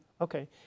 Okay